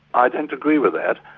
i don't agree with that.